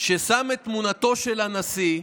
שם את תמונתו של הנשיא,